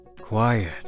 quiet